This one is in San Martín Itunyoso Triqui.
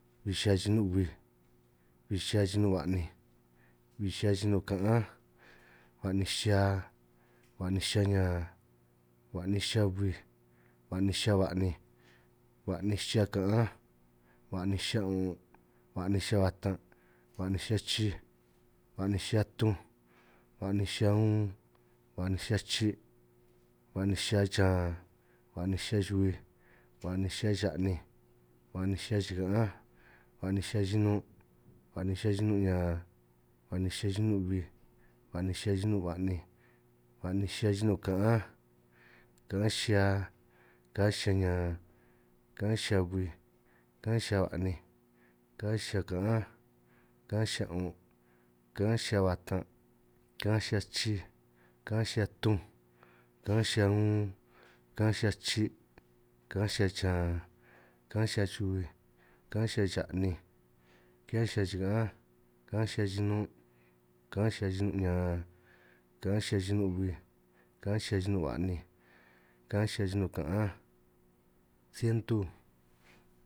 Bij xihia yinun' huij, bij yinun' ba'ninj, bij xihia yinun ka'ánj, hua'ninj xihia, hua'ninj xihia ñan, ba'ninj xihia bij, ba'ninj xihia ba'ninj, ba'ninj xihia ka'ánj, ba'ninj xihia un'un', ba'ninj xihia batan', ba'ninj xihia chij, ba'ninj xihia tunj, ba'ninj xihia un, ba'ninj xihia chi', ba'ninj xihia chan, ba'ninj xihia chubij, ba'ninj xihia cha'ninj, ba'ninj xihia chika'ánj, ba'ninj xihia chinun', ba'ninj xihia chinun' ñan, ba'ninj xihia chinun' bij, ba'ninj xihia chinun' ba'ninj, ba'ninj xihia chinun' ka'ánj, ka'ánj xihia, ka'ánj xihia ñan, ka'ánj xihia bij, ka'ánj xihia ba'ninj, ka'ánj xihia ka'ánj, ka'ánj xihia 'un', ka'ánj xihia huatan', ka'ánj xihia chij, ka'anj xihia tunj, ka'ánj xia un, ka'ánj xihia chi', ka'ánj xihia chan, ka'ánj xihia chubij, ka'ánj xihia cha'ninj, ka'ánj xihia chika'ánj, ka'anj xihia chinun', ka'ánj xihia chinun' ñan, ka'ánj xihia chinun' bij, ka'ánj xihia chinun' ba'ninj, ka'ánj chinun' ka'ánj, sientu.